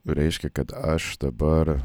reiškia kad aš dabar